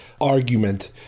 argument